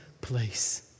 place